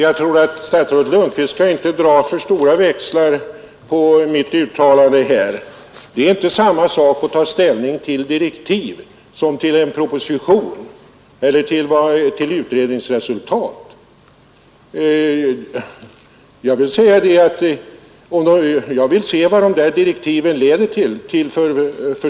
Herr talman! Statsrådet Lundkvist skall inte dra för stora växlar på mitt uttalande. Det är inte samma sak att ta ställning till direktiv som till en proposition eller ett utredningsresultat. Jag vill se vilka förslag från utredningen som direktiven leder till.